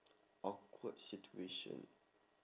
awkward situation